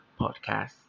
podcast